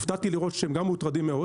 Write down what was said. הופעתי לראות שגם מוטרדים מאוד